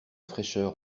fraîcheur